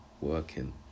Working